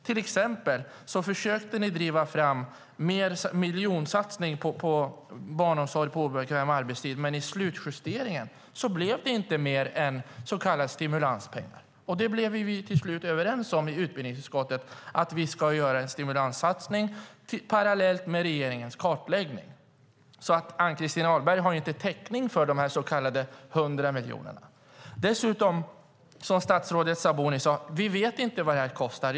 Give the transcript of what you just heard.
Till exempel försökte ni driva fram en miljonsatsning på barnomsorg på obekväm arbetstid, men vid slutjusteringen blev det inte fråga om mer än en så kallad stimulanspeng. Vi blev till slut överens i utbildningsutskottet om att det ska göras en stimulanssatsning parallellt med regeringens kartläggning. Ann-Christin Ahlberg har inte täckning för de så kallade 100 miljonerna. Precis som statsrådet Sabuni sade vet vi inte vad detta kommer att kosta.